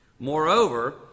Moreover